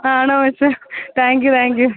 ആണോ thank you thank U